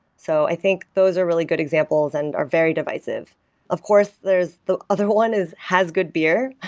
so i think those are really good examples and are very divisive of course, there is the other one is has good beer.